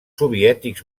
soviètics